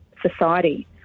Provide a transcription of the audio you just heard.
society